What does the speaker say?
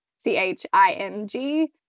C-H-I-N-G